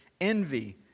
envy